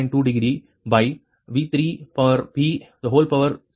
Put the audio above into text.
2 degree by V3p minus 0